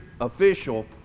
official